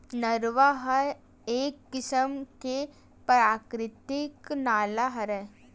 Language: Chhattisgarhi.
नरूवा ह एक किसम के पराकिरितिक नाला हरय